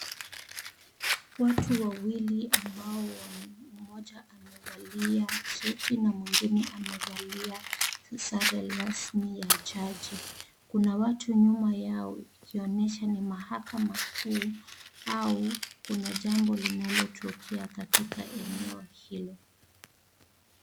Watu wawili ambao moja amevalia suti na mwengine amevalia sare rasmi ya jaji. Kuna watu nyuma yao ikionyesha ni mahakama kuu au kuna jambo linalotokea katika eneo hilo.